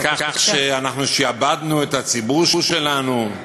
על כך שאנחנו שעבדנו את הציבור שלנו.